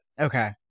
Okay